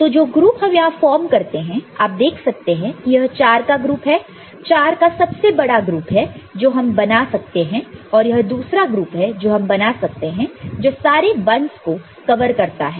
तो जो ग्रुप हम यहां पर फॉर्म करते हैं तो आप देख सकते हैं यह 4 का ग्रुप है 4 का सबसे बड़ा ग्रुप है जो हम बना सकते हैं और यह दूसरा ग्रुप है जो हम बना सकते हैं जो सारे 1's को कवर करता है